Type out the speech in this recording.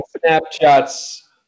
snapshots